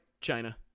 China